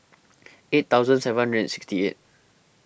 eight thousand seven hundred sixty eight